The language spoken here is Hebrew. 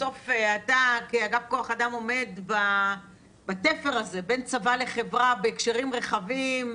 בסוף אתה כאגף כוח אדם עומד בתפר הזה בין צבא לחברה בהקשרים רחבים,